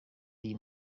y’iyi